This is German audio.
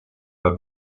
war